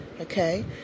okay